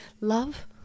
Love